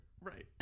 Right